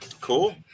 Cool